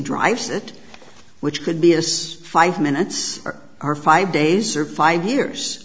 drives it which could be as five minutes or five days or five years